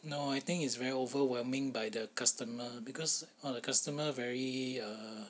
no I think it's very overwhelming by the customer because all the customer very uh